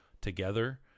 together